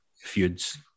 feuds